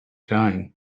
time